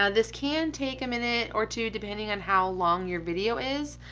ah this can take a minute or two depending on how long your video is,